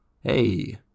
Hey